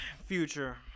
Future